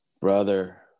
brother